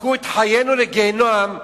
הפכו את חיינו לגיהינום,